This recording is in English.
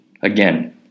again